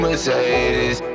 Mercedes